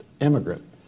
immigrant